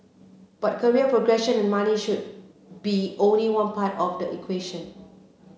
but career progression and money should be only one part of the equation